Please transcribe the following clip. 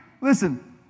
Listen